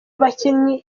bakinnyi